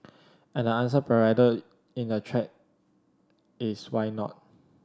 and the answer provided in the thread is why not